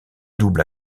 double